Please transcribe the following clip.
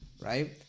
Right